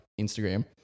Instagram